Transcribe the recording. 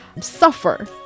suffer